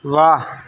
ਵਾਹ